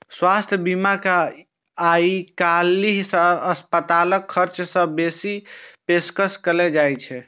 स्वास्थ्य बीमा मे आइकाल्हि अस्पतालक खर्च सं बेसी के पेशकश कैल जाइ छै